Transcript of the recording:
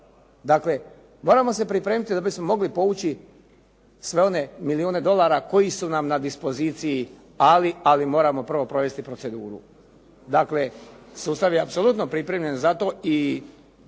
Dakle, moramo se pripremiti da bismo mogli povući sve one milijune dolara koji su nam na dispoziciji ali moramo prvo provesti proceduru. Dakle, sustav je apsolutno pripremljen za to i